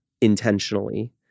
intentionally